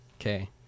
Okay